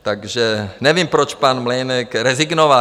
Takže nevím, proč pan Mlejnek rezignoval.